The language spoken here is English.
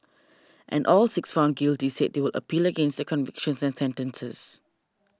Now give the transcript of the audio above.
and all six found guilty said they would appeal against their convictions and sentences